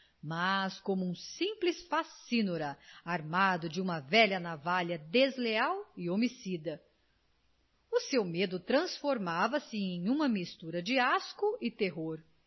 mas como um simples facínora armado de uma velha navalha desleal e homicida o seu medo transformava-se em uma mistura de asco e terror